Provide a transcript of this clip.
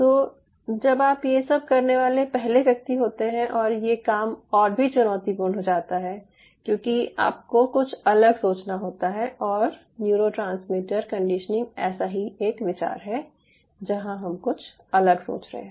तो जब आप ये सब करने वाले पहले व्यक्ति होते हैं तो ये काम और भी चुनौतीपूर्ण हो जाता है क्यूंकि आपको कुछ अलग सोचना होता है और न्यूरोट्रांसमीटर कंडीशनिंग ऐसा ही एक विचार है जहाँ हम कुछ अलग सोच रहे हैं